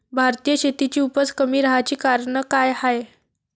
भारतीय शेतीची उपज कमी राहाची कारन का हाय?